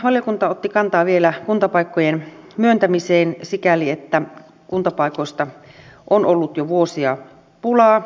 valiokunta otti kantaa vielä kuntapaikkojen myöntämiseen sikäli että kuntapaikoista on ollut jo vuosia pulaa